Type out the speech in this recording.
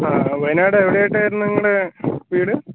ആ വയനാട് എവിടെ ആയിട്ടായിരുന്നു നിങ്ങളുടെ വീട്